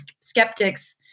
skeptics